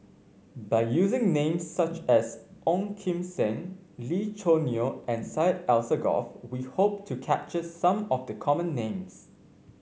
by using names such as Ong Kim Seng Lee Choo Neo and Syed Alsagoff we hope to capture some of the common names